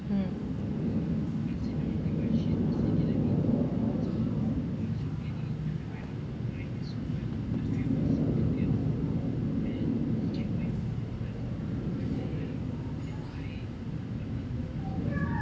mm